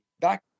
back